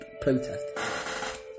protest